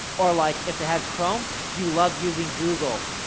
or like, if they had chrome, you love using google,